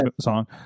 song